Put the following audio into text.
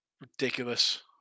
ridiculous